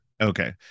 Okay